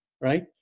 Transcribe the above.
right